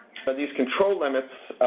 these control limits,